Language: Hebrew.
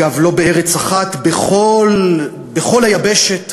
אגב, לא בארץ אחת, בכל היבשת,